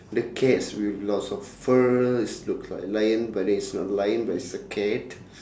the cats with lots of furs and looks like lion but then it's not lion it's a cat